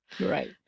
Right